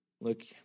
look